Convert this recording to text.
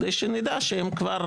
כדי שנדע שהם כבר,